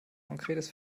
konkretes